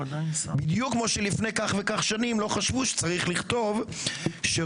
בדיוק כמו שלפני כך וכך שנים לא חשבו שצריך לכתוב שראש